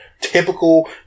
typical